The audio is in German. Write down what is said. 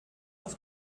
auf